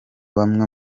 bamwe